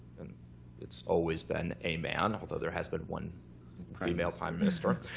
and it's always been a man, although there has been one female prime minister